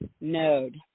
node